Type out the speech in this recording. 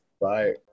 Bye